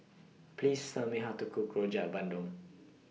Please Tell Me How to Cook Rojak Bandung